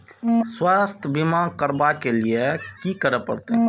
स्वास्थ्य बीमा करबाब के लीये की करै परतै?